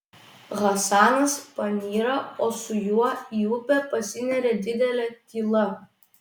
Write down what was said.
hasanas panyra o su juo į upę pasineria didelė tyla